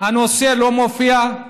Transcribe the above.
שהנושא לא מופיע.